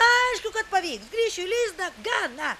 aišku kad pavyks kryžių lizdą gana